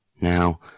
Now